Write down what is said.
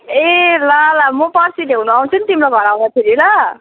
ए ल ल म पर्सी ल्याउनु आउँछु नि तिम्रो घर आउँदाखेरि ल